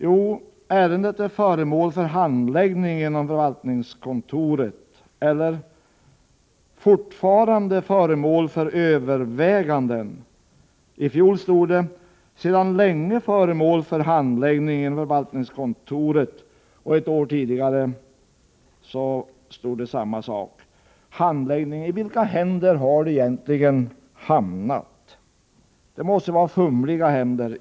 Jo, ärendet är ”föremål för handläggning inom förvaltningskontoret” eller ”fortfarande föremål för överväganden”. I fjol stod det ”sedan länge föremål för handläggning inom förvaltningskontoret”, och ett år tidigare stod det samma sak. I vilka händer har detta ärende egentligen hamnat? Det måste vara fumliga händer.